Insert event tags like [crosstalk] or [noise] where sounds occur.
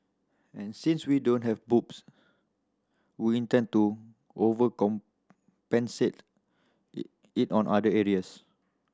and since we don't have boobs we intend to overcompensate [unintelligible] in other areas